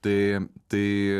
tai tai